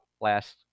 last